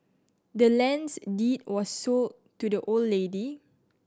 the land's deed was sold to the old lady